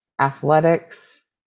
athletics